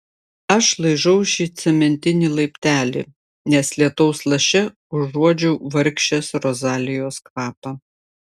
aš laižau šį cementinį laiptelį nes lietaus laše užuodžiau vargšės rozalijos kvapą